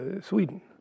Sweden